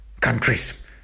countries